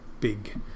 big